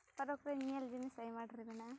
ᱛᱟᱨᱚᱠᱨᱮ ᱧᱮᱞ ᱡᱤᱱᱤᱥ ᱟᱭᱢᱟ ᱰᱷᱮᱨ ᱢᱮᱱᱟᱜᱼᱟ